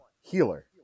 healer